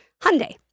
Hyundai